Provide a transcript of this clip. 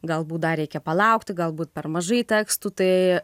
galbūt dar reikia palaukti galbūt per mažai tekstų tai